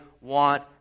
want